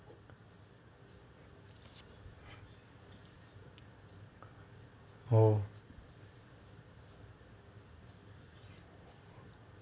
oh